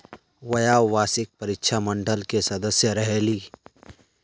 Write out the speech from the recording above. व्यावसायिक परीक्षा मंडल के सदस्य रहे ली?